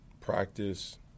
practice